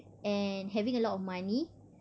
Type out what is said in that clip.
and having a lot of money